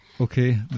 okay